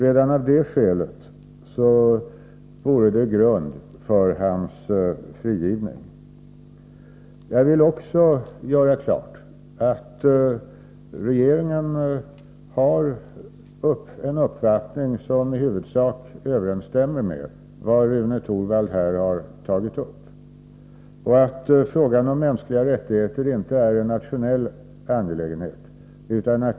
Redan detta vore grund för hans frigivning. Jag vill också göra klart att regeringen har en uppfattning som i huvudsak överensstämmer med vad Rune Torwald här har tagit upp, att frågan om mänskliga rättigheter inte är en nationell angelägenhet.